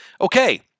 Okay